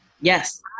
Yes